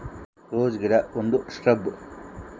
rose ಗಿಡ ಒಂದು shrub